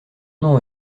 non